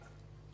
שנים.